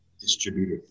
Distributor